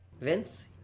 Vince